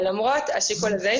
אבל למרות השיקול הזה,